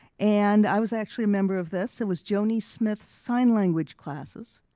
and i was actually a member of this. it was joanie smith's sign language classes.